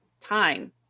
time